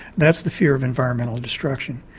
that's the fear of environmental destruction.